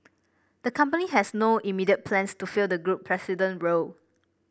the company has no immediate plans to fill the group president role